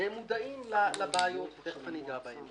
ומודעים לבעיות, ותיכף אגע בהן.